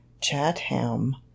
Chatham